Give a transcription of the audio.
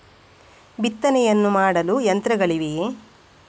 ಬಿತ್ತನೆಯನ್ನು ಮಾಡಲು ಯಂತ್ರಗಳಿವೆಯೇ?